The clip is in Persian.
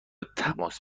تماس